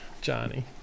Johnny